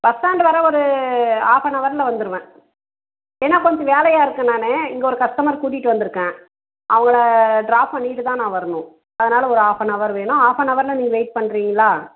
bus stand வர ஒரு half an அவரில் வந்துடுவேன் ஏனால் கொஞ்சம் வேலையாக இருக்கேன் நான் இங்கே ஒரு கஸ்டமர் கூட்டிகிட்டு வந்திருக்கேன் அவங்கள ட்ராப் பண்ணிவிட்டுதான் நான் வரணும் அதனால ஒரு ஆஃப் அன் அவர் வேணும் ஆஃப் அன் அவரில் நீங்கள் வெயிட் பண்ணுறீங்களா